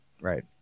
Right